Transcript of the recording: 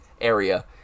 area